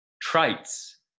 traits